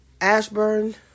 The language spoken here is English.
Ashburn